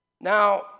Now